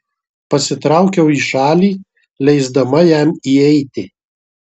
pasitraukiau į šalį leisdama jam įeiti